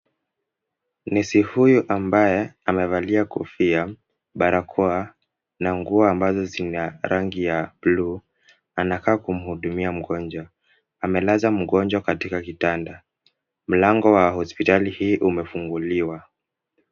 Nesi huyu ambaye amevalia kofia, barakoa na nguo ambazo zina rangi ya blue , anakaa kumhudumia mgonjwa. Amelaza mgonjwa katika kitanda. Mlango wa hospitali hii umefunguliwa.